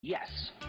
Yes